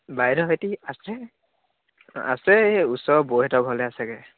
বাইদেউহেঁতি আছে আছে এই ওচৰৰ বৌহেঁতৰ ঘৰতে আছেগৈ